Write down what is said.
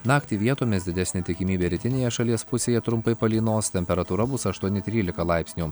naktį vietomis didesnė tikimybė rytinėje šalies pusėje trumpai palynos temperatūra bus aštuoni trylika laipsnių